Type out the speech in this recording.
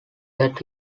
that